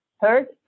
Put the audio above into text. hurt